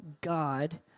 God